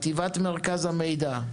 אורית שגיא, חטיבת מרכז המידע.